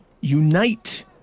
unite